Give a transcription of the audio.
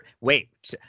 Wait